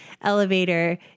elevator